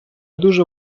дуже